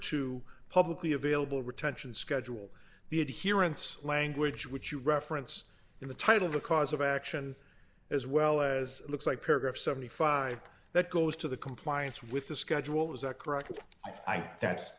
to publicly available retention schedule the adherence language which you reference in the title of a cause of action as well as looks like paragraph seventy five that goes to the compliance with the schedule is that correct